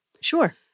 Sure